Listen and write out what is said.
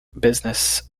business